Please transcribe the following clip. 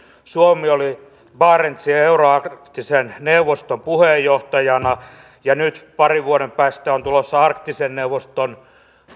suomi oli barentsin euroarktisen neuvoston puheenjohtajana ja nyt parin vuoden päästä on tulossa arktisen neuvoston